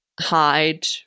hide